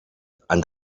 and